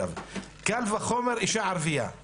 קל וחומר אישה ערביה.